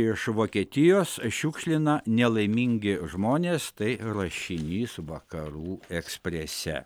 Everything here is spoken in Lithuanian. iš vokietijos šiukšlina nelaimingi žmonės tai rašinys vakarų eksprese